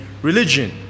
Religion